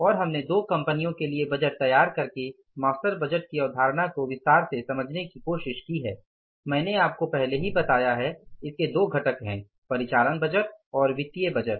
और हमने दो कंपनियों के लिए बजट तैयार करके मास्टर बजट की अवधारणा को विस्तार से समझने की कोशिश की हैं मैंने आपको पहले ही बताया है इसके दो घटक हैं परिचालन बजट और वित्तीय बजट